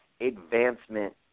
advancement